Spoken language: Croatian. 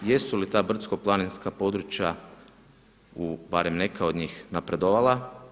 Jesu li ta brdsko-planinska područja, barem neka od njih napredovala?